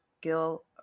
Gil